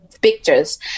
pictures